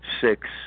six